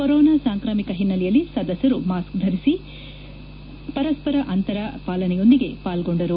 corona ಸಾಂಕ್ರಾಮಿಕ ಹಿನ್ನೆಲೆಯಲ್ಲಿ ಸದಸ್ಯರು ಮಾಸ್ಕ್ ಧರಿಸಿ ಪರಸ್ವರ ಅಂತರ ಪಾಲನೆಯೊಂದಿಗೆ ಪಾಲ್ಗೊಂಡರು